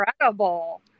incredible